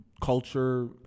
culture